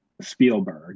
Spielberg